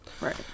Right